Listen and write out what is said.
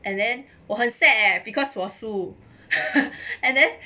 and then 我很 sad leh because 我输 and then